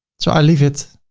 so i leave it.